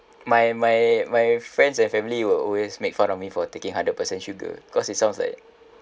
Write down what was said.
my my my friends and family will always make fun of me for taking hundred percent sugar cause it sounds like